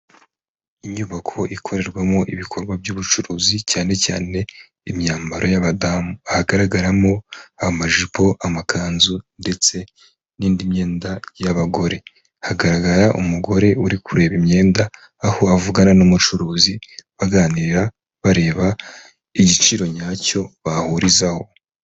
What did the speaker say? Inyubako ikorerwamo ibikorwa by'ubucuruzi cyane cyane imyambaro y'abadamu, bagaragaramo amajipo, amakanzu ndetse n'indi myenda y'abagore, hagaragara umugore uri kureba imyenda aho avugana n'umucuruzi baganira bareba igiciro nyacyo bahurizaho.